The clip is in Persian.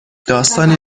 داستانی